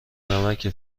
نمکه